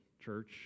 church